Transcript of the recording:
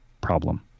problem